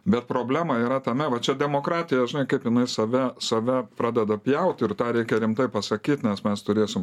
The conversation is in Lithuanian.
bet problema yra tame va čia demokratija žinai kaip jinai save save pradeda pjaut ir tą reikia rimtai pasakyt nes mes turėsim